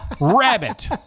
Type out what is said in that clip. Rabbit